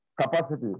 capacity